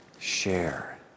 share